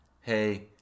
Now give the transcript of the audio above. hey